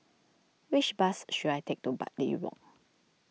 which bus should I take to Bartley Walk